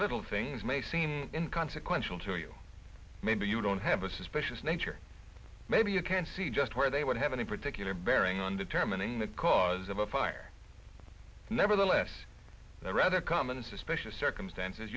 little things may seem in consequential to you but you don't have a suspicious nature maybe you can see just where they would have any particular bearing on determining the cause of a fire nevertheless the rather common suspicious circumstances